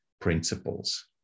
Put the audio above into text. principles